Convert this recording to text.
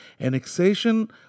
Annexation